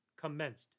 commenced